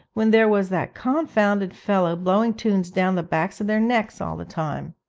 when there was that confounded fellow blowing tunes down the backs of their necks all the time